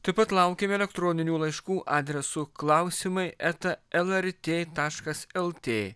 taip pat laukiame elektroninių laiškų adresu klausimai eta lrt taškas lt